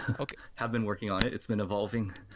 ah have been working on it. it's been evolving.